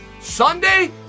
Sunday